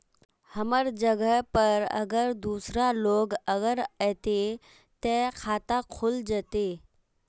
हमर जगह पर अगर दूसरा लोग अगर ऐते ते खाता खुल जते?